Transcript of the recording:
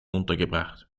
untergebracht